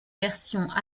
versions